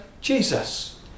Jesus